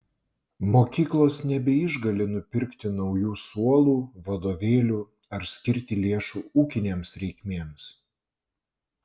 mokyklos nebeišgali nupirkti naujų suolų vadovėlių ar skirti lėšų ūkinėms reikmėms